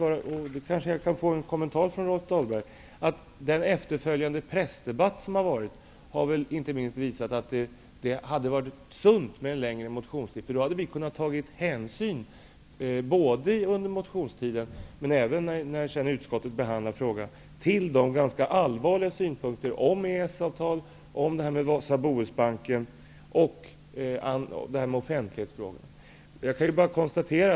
Den efterföljande pressdebatten har dessutom visat att det hade varit sunt med en längre motionstid, eftersom vi i så fall hade kunnat granska ärendet både under motionstiden och under utskottets behandling av ärendet. Vi hade då hunnit föra fram våra ganska allvarliga synpunkter både på EES avtalet och på Wasa-Bohusbanken, och vi hade också kunnat belysa offentlighetsfrågan.